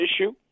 issue